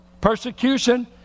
persecution